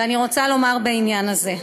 ואני רוצה לומר בעניין הזה,